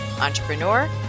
entrepreneur